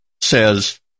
says